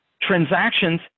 Transactions